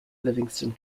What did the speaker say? livingston